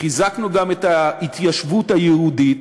חיזקנו גם את ההתיישבות היהודית